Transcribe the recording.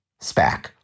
SPAC